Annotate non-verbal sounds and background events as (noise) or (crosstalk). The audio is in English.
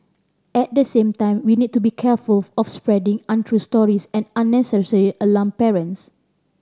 at the same time we need to be careful (unintelligible) of spreading untrue stories and unnecessary alarm parents